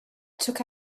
took